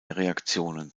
reaktionen